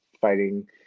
fighting